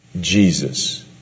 Jesus